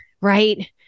right